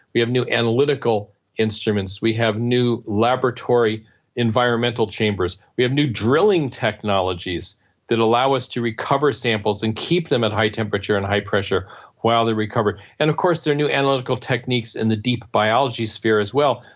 we have new analytical instruments, we have new laboratory environmental chambers, we have new drilling technologies that allow us to recover samples and keep them at high temperature and high pressure while they recover. and of course there are new analytical techniques in the deep biology sphere as well.